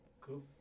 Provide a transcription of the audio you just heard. Cool